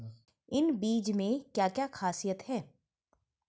इन बीज में क्या क्या ख़ासियत है?